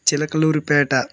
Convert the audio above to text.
Chilakaluri Peta